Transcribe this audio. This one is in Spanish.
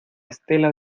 estela